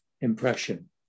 impression